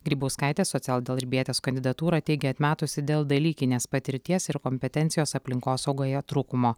grybauskaitė socialdarbietės kandidatūrą teigė atmetusi dėl dalykinės patirties ir kompetencijos aplinkosaugoje trūkumo